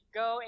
go